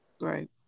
right